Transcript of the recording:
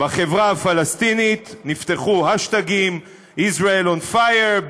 בחברה הפלסטינית נפתחו האשטאגים, Israel on fire ,